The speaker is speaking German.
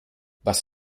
was